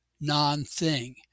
non-thing